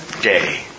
day